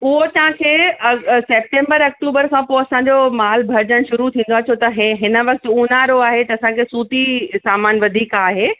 उहो तव्हांखे अॻु सेप्टेम्बर अक्टूबर खां पोइ असांजो माल भरिजणु शुरू थींदो आहे छो त हे हिन वक़्तु ऊन्हारो आहे त असांखे सूती सामान वधीक आहे